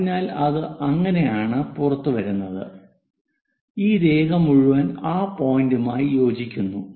അതിനാൽ അത് അങ്ങനെയാണ് പുറത്തുവരുന്നത് ഈ രേഖ മുഴുവൻ ആ പോയിന്റുമായി യോജിക്കുന്നു